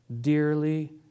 Dearly